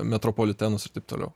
metropolitenus ir taip toliau